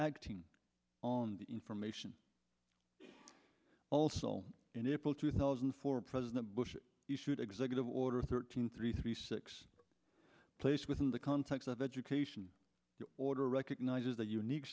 acting on the information also in april two thousand and four president bush issued executive order thirteen three three six placed within the context of education order recognizes the unique